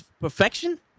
perfection